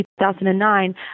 2009